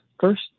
first